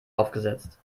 aufgesetzt